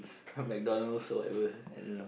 not McDonalds or whatever